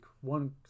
one